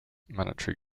monetary